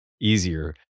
easier